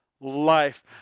life